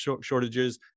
shortages